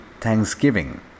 Thanksgiving